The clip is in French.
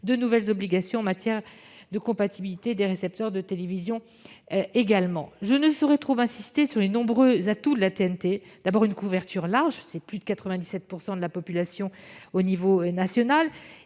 de nouvelles obligations en matière de compatibilité des récepteurs de télévision. Je ne saurais trop insister sur les nombreux atouts de la TNT. D'abord, la couverture est large : plus de 97 % de la population à l'échelle nationale,